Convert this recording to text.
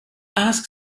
ask